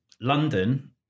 London